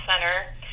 center